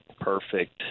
perfect